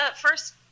first